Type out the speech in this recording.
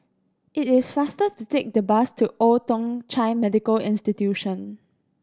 it is faster to take the bus to Old Thong Chai Medical Institution